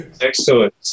Excellent